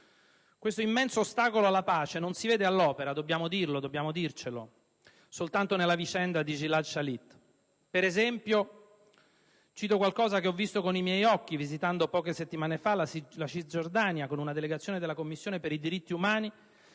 Questo immenso ostacolo alla pace non si vede all'opera, dobbiamo dirlo, soltanto nella vicenda di Gilad Shalit. Per esempio, cito qualcosa che ho visto con i miei occhi poche settimane fa visitando la Cisgiordania con una delegazione della Commissione per i diritti umani,